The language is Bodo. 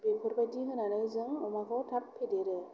बेफोरबादि होनानै जों अमाखौ थाब फेदेरो